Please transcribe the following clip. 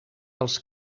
als